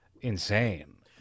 insane